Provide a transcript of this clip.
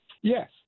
Yes